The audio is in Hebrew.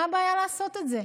מה הבעיה לעשות את זה?